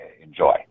enjoy